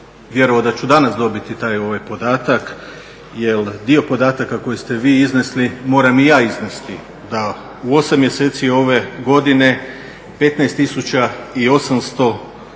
vjerovao da ću danas dobiti taj podatak jer dio podataka koji ste vi iznesli moram i ja iznesti. Da u 8 mjeseci ove godine 15 tisuća